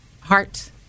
heart